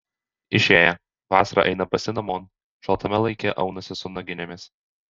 išėję vasarą eina basi namon šaltame laike aunasi su naginėmis